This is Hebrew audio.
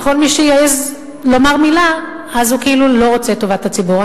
וכל מי שיעז לומר מלה אז הוא כאילו לא רוצה את טובת הציבור.